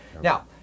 Now